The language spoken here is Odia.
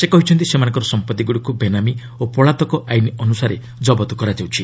ସେ କହିଛନ୍ତି ସେମାନଙ୍କ ସମ୍ପତ୍ତିଗୁଡ଼ିକୁ ବେନାମୀ ଓ ପଳାତକ ଆଇନ ଅନୁସାରେ ଜବତ କରାଯାଉଛି